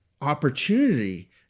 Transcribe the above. opportunity